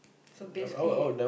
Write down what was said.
so basically